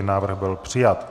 Návrh byl přijat.